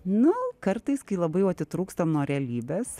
nu kartais kai labai jau atitrūkstam nuo realybės